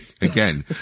again